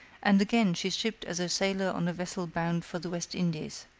and again she shipped as a sailor on a vessel bound for the west indies.